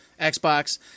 Xbox